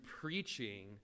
preaching